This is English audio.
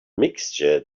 mixture